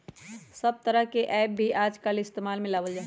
सब तरह के ऐप भी आजकल इस्तेमाल में लावल जाहई